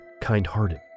kind-hearted